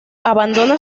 abandona